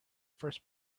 first